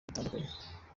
bitandukanye